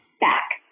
back